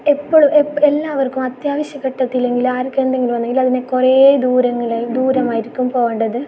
എപ്പളും എല്ലാവർക്കും അത്യാവശ്യ ഘട്ടത്തിൽ ഇല്ലെങ്കിൽ ആർക്കെങ്കിലും എന്തെങ്കീലും വന്നെങ്കിൽ അതിന് കുറേ ദൂരങ്ങളിൽ ദൂരമായിരിക്കും പോകണ്ടത്